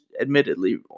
admittedly